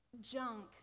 junk